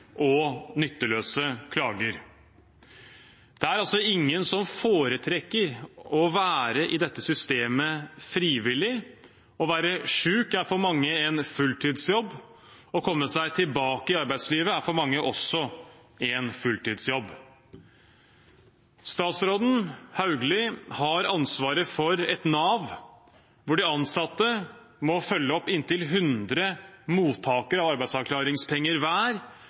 og nytteløse klager. Det er ingen som foretrekker å være i dette systemet frivillig. Å være syk er for mange en fulltidsjobb. Å komme seg tilbake i arbeidslivet er for mange også en fulltidsjobb. Statsråd Hauglie har ansvaret for et Nav hvor de ansatte må følge opp inntil 100 mottakere av arbeidsavklaringspenger hver,